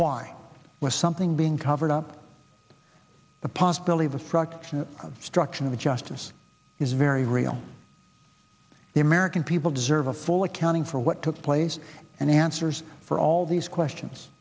why was something being covered up the possibility of a struct structure that justice is very real the american people deserve a full accounting for what took place and answers for all these questions